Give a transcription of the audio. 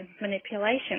manipulation